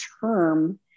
term